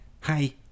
Hi